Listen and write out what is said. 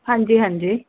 ਹਾਂਜੀ ਹਾਂਜੀ